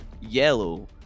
yellow